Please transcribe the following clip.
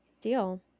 Deal